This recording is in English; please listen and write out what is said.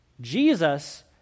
Jesus